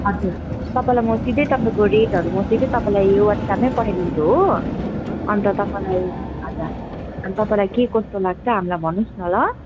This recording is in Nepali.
हजुर तपाईँलाई म सिधै तपाईँको रेटहरू म सिधैँ तपाईँलाई यो वाट्सएपमै पठाइदिन्छु हो अन्त तपाईँलाई हजुर अन्त तपाईँलाई के कस्तो लाग्छ हामीलाई भन्नुहोस् न ल